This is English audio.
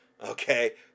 okay